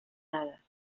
dades